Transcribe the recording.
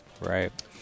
right